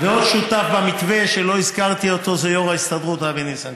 ועוד שותף במתווה שלא הזכרתי אותו זה יו"ר ההסתדרות אבי ניסנקורן.